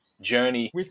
journey